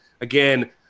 again